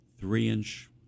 three-inch